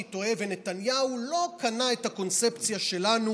טועה ונתניהו לא קנה את הקונספציה שלנו,